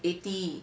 eighty